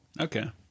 okay